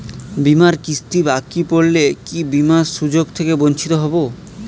বিমার কিস্তি বাকি পড়লে কি বিমার সুযোগ থেকে বঞ্চিত হবো?